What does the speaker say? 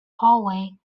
hallway